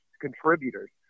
contributors